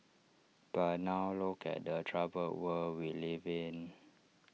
but now look at the troubled world we live in